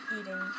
eating